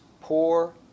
poor